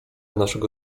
naszego